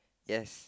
yes